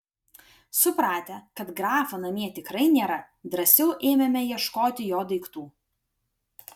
supratę kad grafo namie tikrai nėra drąsiau ėmėme ieškoti jo daiktų